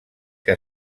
que